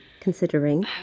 considering